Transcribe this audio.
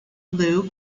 liu